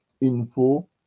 info